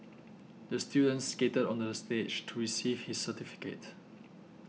the student skated onto the stage to receive his certificate